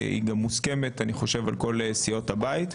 היא גם מוסכמת, אני חושב, על כל סיעות הבית.